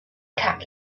cat